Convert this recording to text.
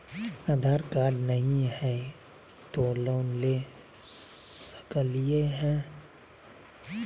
आधार card नही हय, तो लोन ले सकलिये है?